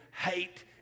hate